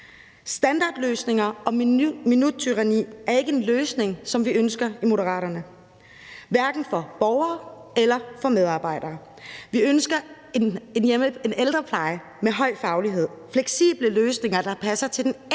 Standardløsninger og minuttyranni er ikke en løsning, som vi ønsker i Moderaterne, hverken for borgere eller for medarbejdere. Vi ønsker en ældrepleje med høj faglighed og fleksible løsninger, der passer til den enkeltes